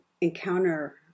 encounter